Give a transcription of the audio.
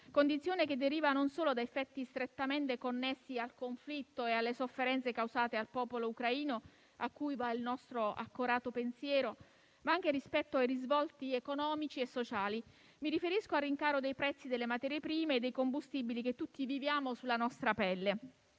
condizione deriva non solo da effetti strettamente connessi al conflitto e alle sofferenze causate al popolo ucraino, a cui va il nostro accorato pensiero, ma anche dai risvolti economici e sociali. Mi riferisco al rincaro dei prezzi delle materie prime e dei combustibili, che tutti viviamo sulla nostra pelle.